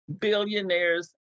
billionaires